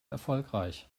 erfolgreich